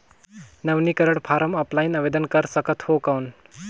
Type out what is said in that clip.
नवीनीकरण form offline आवेदन कर सकत हो कौन?